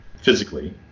physically